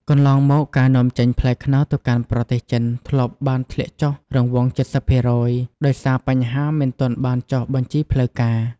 កន្លងមក ការនាំចេញផ្លែខ្នុរទៅកាន់ប្រទេសចិនធ្លាប់បានធ្លាក់ចុះរង្វង់ ៧០% ដោយសារបញ្ហាមិនទាន់បានចុះបញ្ជីផ្លូវការ។